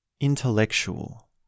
intellectual